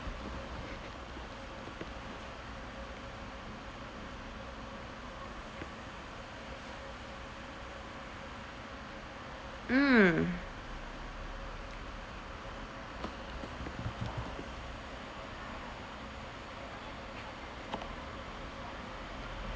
mm